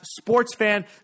sportsfan